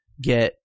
get